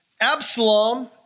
Absalom